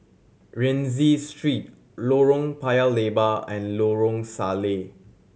Rienzi Street Lorong Paya Lebar and Lorong Salleh